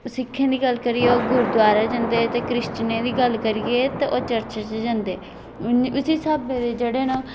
सिक्खें दी गल्ल करियै ओह् गुरद्वारै जंदे ते क्रिश्चनें दी गल्ल करिये ते ओह् चर्च च जंदे उसी स्हाबै दे जेह्ड़े न